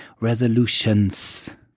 resolutions